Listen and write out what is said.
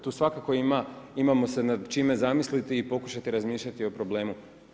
Tu svakako imamo se nad čime zamisliti i pokušati razmišljati o problemu.